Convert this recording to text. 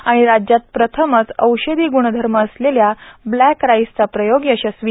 आणि राज्यात प्रथमच औषधी ग्णधर्म असलेल्या ब्लॅक राईसचा प्रयोग यशस्वी